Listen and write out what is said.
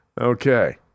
Okay